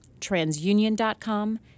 transunion.com